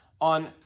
on